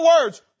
words